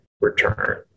return